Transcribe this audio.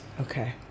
Okay